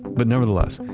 but nevertheless,